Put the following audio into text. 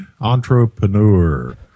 entrepreneur